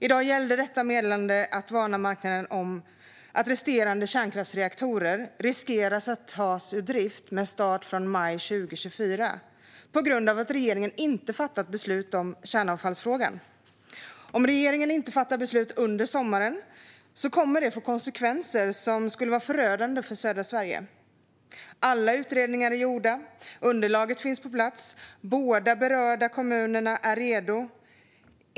I dag gällde detta meddelande att varna marknaden om att resterande kärnkraftsreaktorer riskerar att tas ur drift med start från maj 2024 på grund av att regeringen inte fattat beslut om kärnavfallsfrågan. Om regeringen inte fattar beslut under sommaren kommer det att få konsekvenser som skulle vara förödande för södra Sverige. Alla utredningar är gjorda. Underlaget finns på plats. Båda de berörda kommunerna är redo.